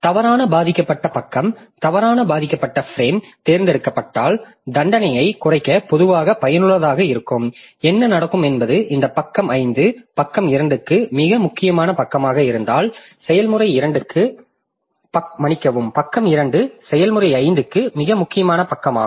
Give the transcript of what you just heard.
தவறான பாதிக்கப்பட்ட பக்கம் தவறான பாதிக்கப்பட்ட பிரேம் தேர்ந்தெடுக்கப்பட்டால் தண்டனையை குறைக்க பொதுவாக பயனுள்ளதாக இருக்கும் என்ன நடக்கும் என்பது இந்த பக்கம் 5 பக்கம் 2 க்கு மிக முக்கியமான பக்கமாக இருந்தால் செயல்முறை 2 க்கு மன்னிக்கவும் பக்கம் 2 செயல்முறை 5 க்கு மிக முக்கியமான பக்கமாகும்